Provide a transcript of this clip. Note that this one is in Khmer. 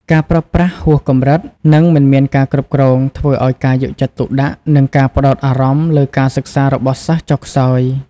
ការប្រើប្រាស់ហួសកម្រិត និងមិនមានការគ្រប់គ្រង ធ្វើឱ្យការយកចិត្តទុកដាក់ និងការផ្តោតអារម្មណ៍លើការសិក្សារបស់សិស្សចុះខ្សោយ។